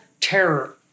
terror